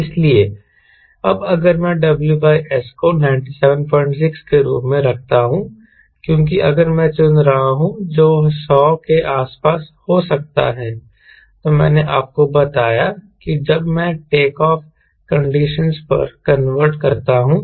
इसलिए अब अगर मैं WS को 976 के रूप में रखता हूं क्योंकि अगर मैं चुन रहा हूं जो 100 के आसपास हो सकता है तो मैंने आपको बताया कि जब मैं टेक ऑफ कंडीशनस पर वापस कन्वर्ट करता हूं